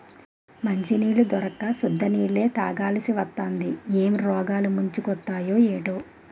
మంచినీళ్లు దొరక్క సుద్ద నీళ్ళే తాగాలిసివత్తాంది ఏం రోగాలు ముంచుకొత్తయే ఏటో